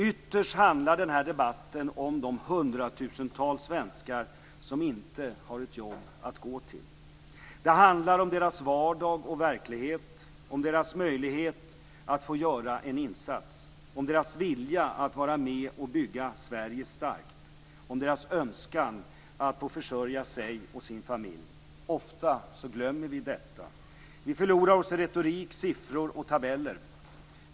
Ytterst handlar den här debatten om de hundratusentals svenskar som inte har ett jobb att gå till. Det handlar om deras vardag och verklighet, om deras möjlighet att få göra en insats, om deras vilja att vara med och bygga Sverige starkt, om deras önskan att försörja sig och sin familj. Ofta glömmer vi detta. Vi förlorar oss i retorik, siffror och tabeller.